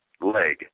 leg